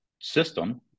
system